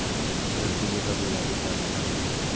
रमकेलिया कब लगाबो ता अच्छा होही?